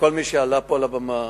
לכל מי שעלה פה על הבמה